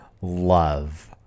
love